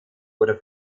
oder